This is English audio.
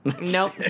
Nope